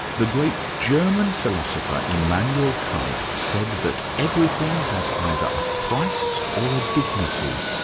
the great german philosophy immanuel kant said that everything has either a price or a dignity.